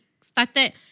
started